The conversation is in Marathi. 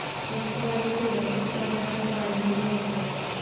वस्तु आणि सेवा उत्पादकाद्वारे दिले जातत